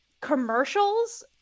commercials